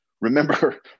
remember